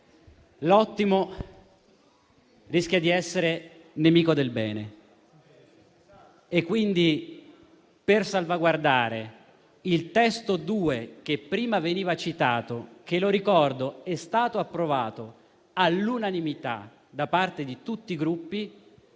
l'ottimo rischia di essere nemico del bene. Pertanto, per salvaguardare la riformulazione che prima veniva citata e che - lo ricordo - è stata approvata all'unanimità da parte di tutti i Gruppi,